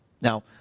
Now